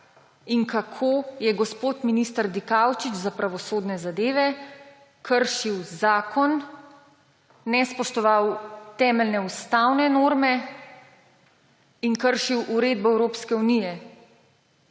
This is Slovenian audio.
in kako je gospod minister za pravosodne zadeve Dikaučič kršil zakon, nespoštoval temeljne ustavne norme in kršil uredbo Evropske unije.